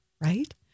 right